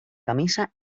camisa